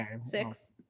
six